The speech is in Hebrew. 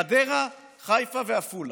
חדרה-חיפה-עפולה?